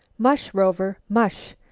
mush, rover! mush!